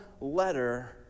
letter